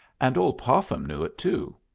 and old popham knew it, too.